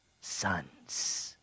sons